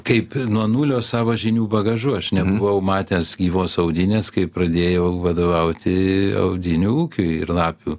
kaip nuo nulio savo žinių bagažu aš nebuvau matęs gyvos audinės kai pradėjau vadovauti audinių ūkiui ir lapių